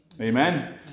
Amen